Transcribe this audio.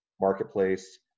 marketplace